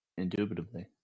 Indubitably